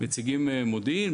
מציגים מודיעין,